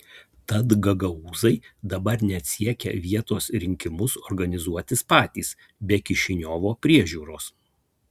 tad gagaūzai dabar net siekia vietos rinkimus organizuotis patys be kišiniovo priežiūros